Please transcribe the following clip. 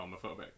homophobic